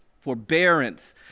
forbearance